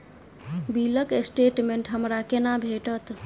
बिलक स्टेटमेंट हमरा केना भेटत?